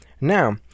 now